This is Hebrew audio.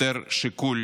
יותר שיקול